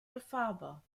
befahrbar